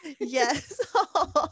Yes